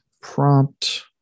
prompt